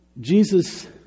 Jesus